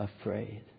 afraid